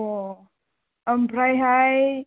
अ आमफ्रायहाय